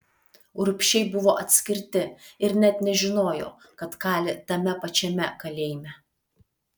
urbšiai buvo atskirti ir net nežinojo kad kali tame pačiame kalėjime